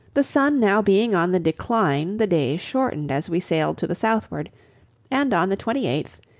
the sun now being on the decline the days shortened as we sailed to the southward and, on the twenty eighth,